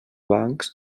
bancs